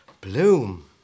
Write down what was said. Bloom